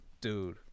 Dude